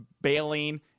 bailing